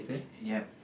ya